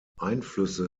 einflüsse